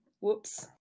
Whoops